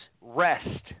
rest –